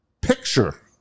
picture